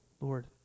Lord